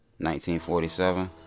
1947